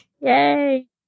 Yay